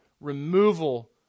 removal